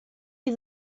die